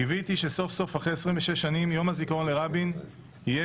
קיוויתי שסוף סוף אחרי 26 שנים יום הזיכרון לרבין יהיה